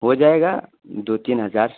ہو جائے گا دو تین ہزار